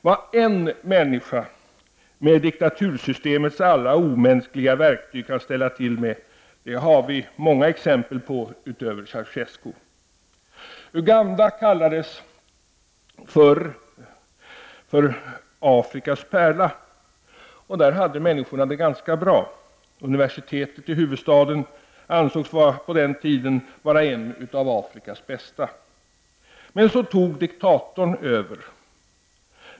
Vad en människa med diktatursystemets alla omänskliga verktyg kan ställa till med, har vi många exempel på utöver Ceausescu. Uganda kallades förr Afrikas pärla. Människorna hade det där ganska bra. Universitetet i huvudstaden ansågs på den tiden vara ett av Afrikas bästa. Men så tog diktatorn över.